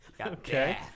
Okay